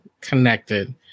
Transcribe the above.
connected